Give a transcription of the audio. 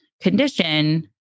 condition